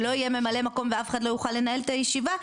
שלא יהיה ממלא מקום ואף אחד לא יוכל לנהל את הישיבה,